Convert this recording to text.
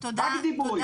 רק דיבורים.